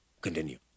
Continue